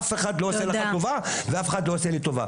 אף אחד לא עושה לך טובה ואף אחד לא עושה לי טובה.